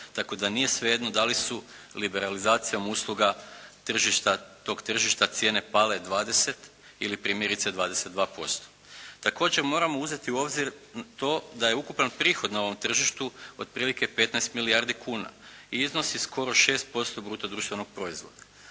tako da nije svejedno da li su liberalizacijom usluga tržišta, tog tržišta cijene pale 20 ili primjerice 22%. Također moramo uzeti u obzir to da je ukupan prihod na ovom tržištu otprilike 15 milijardi kuna i iznosi skoro 6% bruto društvenog proizvoda.